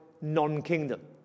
non-kingdom